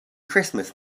christmas